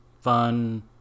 fun